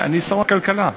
אני שר הכלכלה,